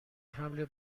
حمل